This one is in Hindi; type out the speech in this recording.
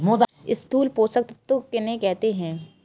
स्थूल पोषक तत्व किन्हें कहते हैं?